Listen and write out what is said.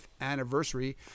anniversary